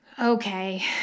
Okay